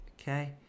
okay